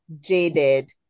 jaded